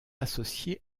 associé